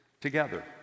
together